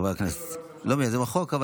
חבר הכנסת שמחה רוטמן,